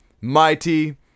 mighty